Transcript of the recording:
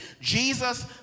Jesus